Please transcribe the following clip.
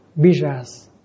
bijas